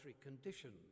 conditions